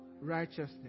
righteousness